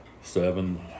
Seven